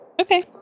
Okay